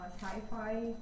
sci-fi